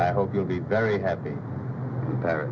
i hope you'll be very happy th